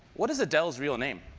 what is adele's real name?